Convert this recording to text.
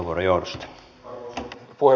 arvoisa puhemies